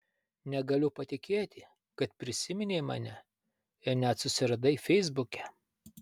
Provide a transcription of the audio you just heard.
negaliu patikėti kad prisiminei mane ir net susiradai feisbuke